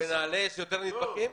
בנעל"ה יש יותר נדבקים?